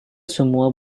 semua